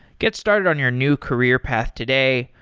get started on your new career path today.